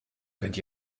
könnt